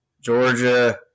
Georgia